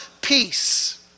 Peace